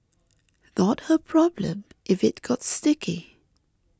not her problem if it got sticky